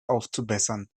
aufzubessern